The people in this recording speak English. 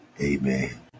Amen